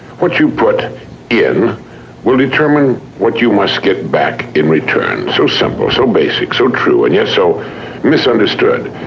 what you put in will determine what you must get back in return. so simple, so basic, so true, and yet so misunderstood.